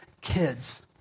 Kids